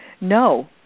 no